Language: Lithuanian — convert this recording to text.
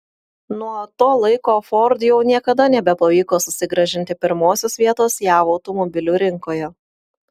nuo to laiko ford jau niekada nebepavyko susigrąžinti pirmosios vietos jav automobilių rinkoje